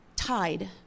Tied